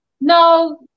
no